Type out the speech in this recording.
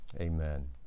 Amen